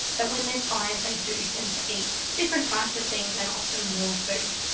that when they're tired they do tend to eat different types of things and often more food.